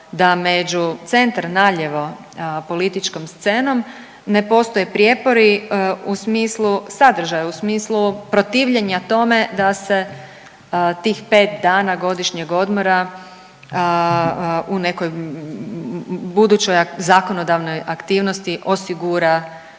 da među centar naljevo političkom scenom ne postoje prijepori u smislu sadržaja, u smislu protivljenja tome da se tih 5 dana godišnjeg odmora u nekoj budućoj zakonodavnoj aktivnosti osigura